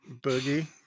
boogie